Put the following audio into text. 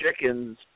chickens